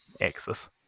axis